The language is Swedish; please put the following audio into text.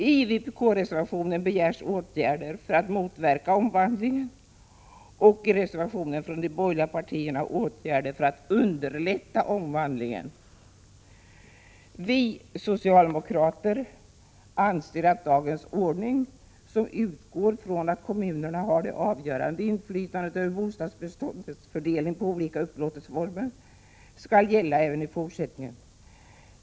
I vpk-reservationen begärs åtgärder för att motverka en omvandling och i reservationen från de borgerliga partierna åtgärder för att underlätta en omvandling. Vi socialdemokrater anser att dagens ordning, som utgår från att kommunerna har det avgörande inflytandet över bostadsbeståndets fördelning på olika upplåtelseformer, skall gälla även i fortsättningen.